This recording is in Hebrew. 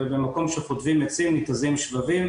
ובמקום שחוטבים עצים ניתזים שבבים,